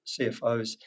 CFOs